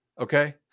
Okay